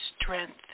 strength